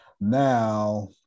Now